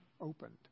opened